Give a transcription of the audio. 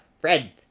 Fred